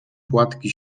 płatki